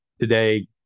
today